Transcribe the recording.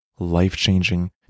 life-changing